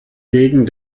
gegen